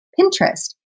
Pinterest